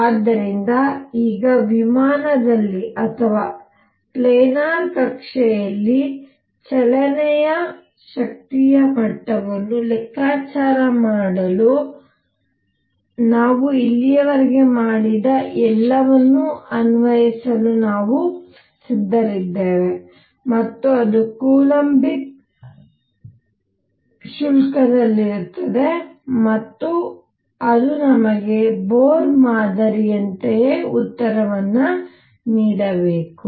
ಆದ್ದರಿಂದ ಈಗ ವಿಮಾನದಲ್ಲಿ ಅಥವಾ ಪ್ಲ್ಯಾನರ್ ಕಕ್ಷೆಯಲ್ಲಿ ಚಲನೆಯ ಶಕ್ತಿಯ ಮಟ್ಟವನ್ನು ಲೆಕ್ಕಾಚಾರ ಮಾಡಲು ನಾವು ಇಲ್ಲಿಯವರೆಗೆ ಮಾಡಿದ ಎಲ್ಲವನ್ನು ಅನ್ವಯಿಸಲು ನಾವು ಸಿದ್ಧರಿದ್ದೇವೆ ಮತ್ತು ಅದು ಕೊಲಂಬಿಕ್ ಶುಲ್ಕದಲ್ಲಿರುತ್ತದೆ ಮತ್ತು ಅದು ನಮಗೆ ಬೋರ್ ಮಾದರಿಯಂತೆಯೇ ಉತ್ತರವನ್ನು ನೀಡಬೇಕು